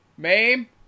Mame